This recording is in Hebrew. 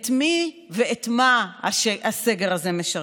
את מי ואת מה הסגר הזה משרת?